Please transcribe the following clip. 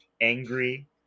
angry